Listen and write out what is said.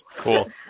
Cool